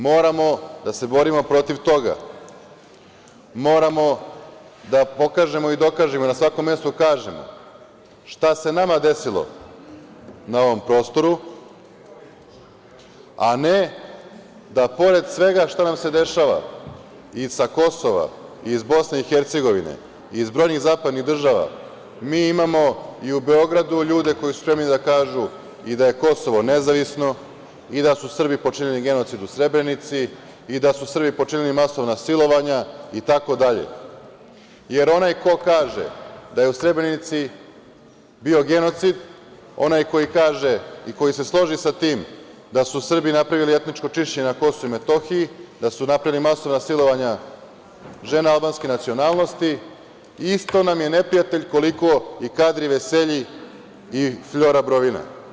Moramo da se borimo protiv toga, moramo da pokažemo i dokažemo na svakom mestu, kažemo šta se nama desilo na ovom prostoru, a ne da pored svega što nam se dešava i sa Kosova i iz Bosne i Hercegovine i iz brojnih zapadnih država, mi imamo i u Beogradu ljude koji su spremni da kažu i da je Kosovo nezavisno i da su Srbi počinili genocid u Srebrenici i da su Srbi počinili masovna silovatelja, i tako dalje, jer onaj ko kaže da je u Srebrenici bio genocid, onaj koji kaže i koji se složi sa tim da su Srbi napravili etničko čišćenje na Kosovu i Metohiji, da su napravili masovna silovanja žena Albanske nacionalnosti isto nam je neprijatelj koliko i Kadri Veselji i Flora Brovina.